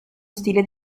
stile